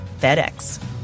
FedEx